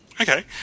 Okay